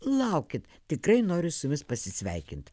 laukit tikrai noriu su jumis pasisveikint